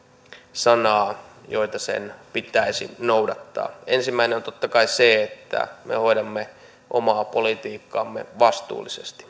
sanaa joita sen pitäisi noudattaa ensimmäinen on totta kai se että me hoidamme omaa politiikkaamme vastuullisesti